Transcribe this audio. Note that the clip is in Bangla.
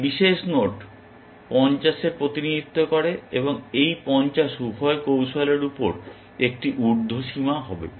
এই বিশেষ নোড 50 প্রতিনিধিত্ব করে এবং এই 50 উভয় কৌশলের উপর একটি উর্দ্ধসীমা হবে